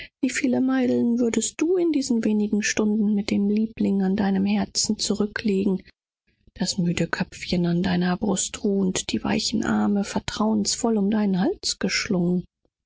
wie viel meilen würdest du nicht in jenen wenigen kurzen stunden zurücklegen können mit dem liebling an deiner brust die kleinen schlafmüden hände auf deiner schulter und die zarten weichen arme um deinen nacken geschlungen